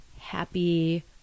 happy